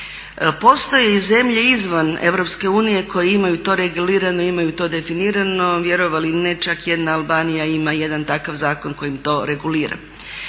Postoje i zemlje izvan Europske unije koje imaju to regulirano, imaju to definirano, vjerovali ili ne, čak jedna Albanija ima jedan takav zakon kojim to regulira.